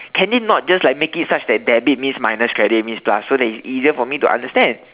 can it not just like make it such that debit means minus credit means plus so that it's easier for me to understand